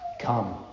Come